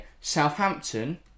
Southampton